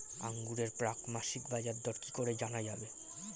আঙ্গুরের প্রাক মাসিক বাজারদর কি করে জানা যাবে?